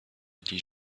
really